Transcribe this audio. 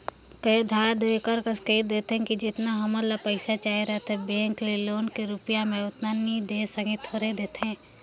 कए धाएर दो एकर कस कइर देथे कि जेतना हमन ल पइसा चाहिए रहथे बेंक ले लोन के रुप म ओतना नी दे के थोरहें दे देथे